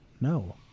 No